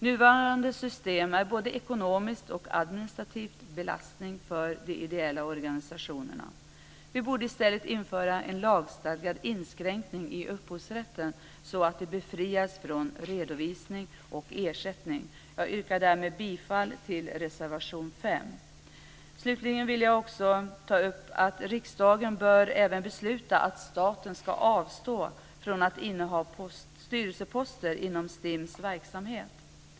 Nuvarande system är både ekonomiskt och administrativt en belastning för de ideella organisationerna. Vi borde i stället införa en lagstadgad inskränkning i upphovsrätten så att de befrias från redovisning och ersättning. Jag yrkar därmed bifall till reservation 5. Slutligen vill jag också ta upp att riksdagen även bör besluta att staten ska avstå från att inneha styrelseposter inom STIM:s verksamhet.